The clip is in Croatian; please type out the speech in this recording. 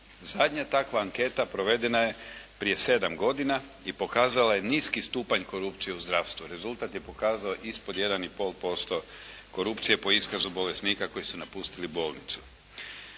Zadnja takva anketa provedena je prije sedam godina i pokazala je niski stupanj korupcije u zdravstvu. Rezultat je pokazao ispod 1,5% korupcije po iskazu bolesnika koji su napustili bolnicu.